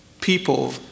people